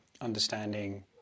understanding